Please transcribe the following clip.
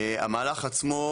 המהלך עצמו